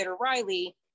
Riley